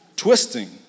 Twisting